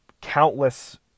countless